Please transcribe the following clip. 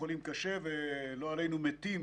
חולים קשה ולא עלינו מתים